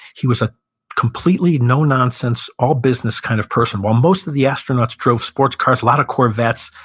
he was a completely no-nonsense, all business kind of person. well most of the astronauts drove sports cars, a lot of corvettes.